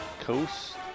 Coast